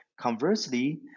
Conversely